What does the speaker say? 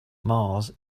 mars